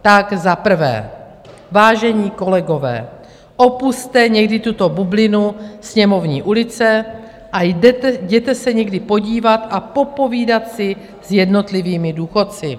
Tak za prvé, vážení kolegové, opusťte někdy tuto bublinu Sněmovní ulice a jděte se někdy podívat a popovídat si s jednotlivými důchodci.